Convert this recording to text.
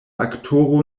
aktoro